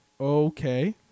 Okay